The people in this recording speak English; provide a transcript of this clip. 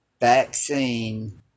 vaccine